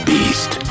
Beast